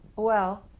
well,